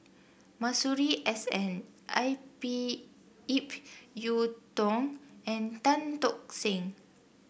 Masuri S N I P Ip Yiu Tung and Tan Tock Seng